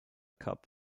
cup